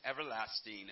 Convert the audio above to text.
everlasting